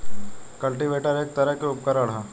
cultivator एक तरह के उपकरण ह